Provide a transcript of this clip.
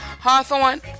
Hawthorne